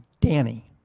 Danny